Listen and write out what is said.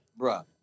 Bruh